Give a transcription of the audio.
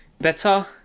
better